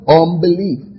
unbelief